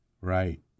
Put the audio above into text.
Right